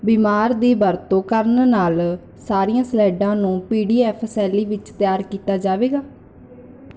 ਬੀਮਾਰ ਦੀ ਵਰਤੋਂ ਕਰਨ ਨਾਲ ਸਾਰੀਆਂ ਸਲਾਈਡਾਂ ਨੂੰ ਪੀਡੀਐੱਫ ਸ਼ੈਲੀ ਵਿੱਚ ਤਿਆਰ ਕੀਤਾ ਜਾਵੇਗਾ